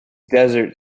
dessert